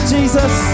Jesus